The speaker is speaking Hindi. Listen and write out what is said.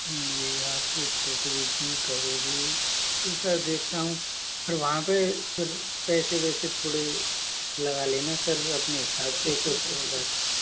जी आठ से छ के बीच में कभी भी तो सर देखता हूँ पर वहाँ पे फिर पैसे वैसे थोड़े लगा लेना सर अपने हिसाब से कुछ हो जाए तो